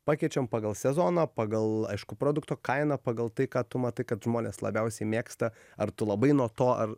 pakeičiam pagal sezoną pagal aišku produkto kainą pagal tai ką tu matai kad žmonės labiausiai mėgsta ar tu labai nuo to ar